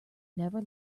never